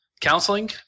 Counseling